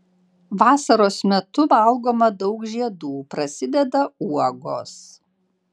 vasaros metu valgoma daug žiedų prasideda uogos